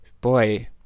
boy